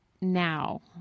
now